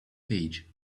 page